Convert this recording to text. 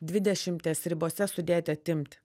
dvidešimies ribose sudėti atimti